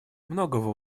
многого